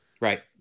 Right